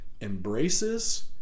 embraces